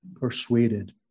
persuaded